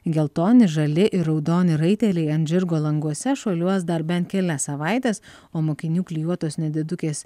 geltoni žali ir raudoni raiteliai ant žirgo languose šuoliuos dar bent kelias savaites o mokinių klijuotos nedidukės